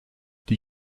die